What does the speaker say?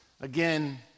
again